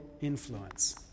influence